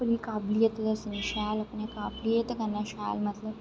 अपनी काबलियत दस्सनी शैल अपनी काबलियत कन्नै शैल मतलब